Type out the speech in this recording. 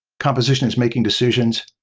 composition is making decisions.